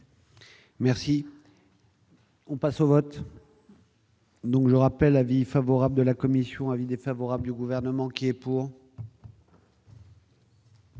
Merci. On passe au vote. Donc je rappelle l'avis favorable de la commission avis défavorable du gouvernement qui est pour.